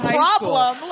problem